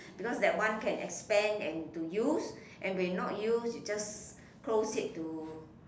because that one can expand and to use and when not use you just close it to